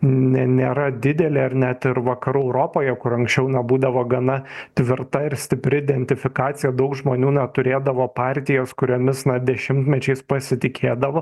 ne nėra didelė ar net ir vakarų europoje kur anksčiau na būdavo gana tvirta ir stipri identifikacija daug žmonių na turėdavo partijas kuriomis na dešimtmečiais pasitikėdavo